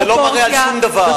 זה לא מראה על שום דבר.